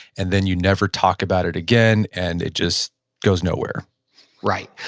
and then you never talk about it again. and it just goes nowhere right.